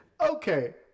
Okay